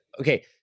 Okay